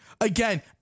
Again